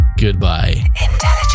Goodbye